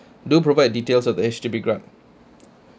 do provide details of the H_D_B grant